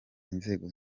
inzego